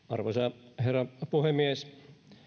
arvoisa herra puhemies